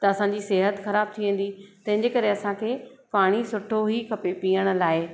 त असांजी सिहत ख़राब थी वेंदी तंहिंजे करे असांखे पाणी सुठो ई खपे पीअण लाइ